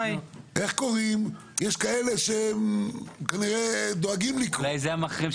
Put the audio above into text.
יש כאלה שכנראה דואגים לקרוא להם.